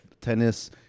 Tennis